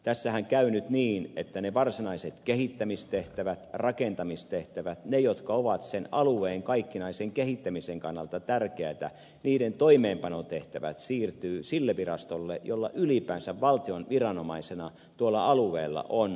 tässähän käy nyt niin että ne varsinaiset kehittämistehtävät rakentamistehtävät ne jotka ovat sen alueen kaikkinaisen kehittämisen kannalta tärkeitä toimeenpanotehtävät siirtyvät sille virastolle jolla ylipäänsä valtion viranomaisena tuolla alueella on toimeenpanovalta